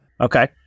Okay